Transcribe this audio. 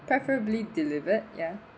preferably delivered ya